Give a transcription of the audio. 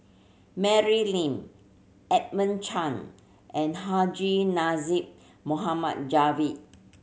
Mary Lim Edmund Chen and Haji Namazie Javad